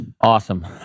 Awesome